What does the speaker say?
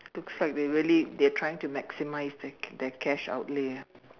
looks like they're really they're trying to maximize the the cash outlay ah